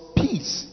peace